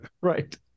Right